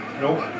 Nope